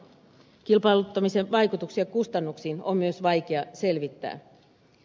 kilpailuttamisen vaikutuksia kustannuksiin on myös vaikea selvittää